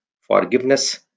forgiveness